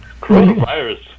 Coronavirus